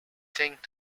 think